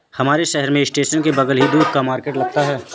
हमारे शहर में स्टेशन के बगल ही दूध का मार्केट लगता है